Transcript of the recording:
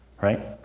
right